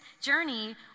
journey